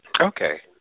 Okay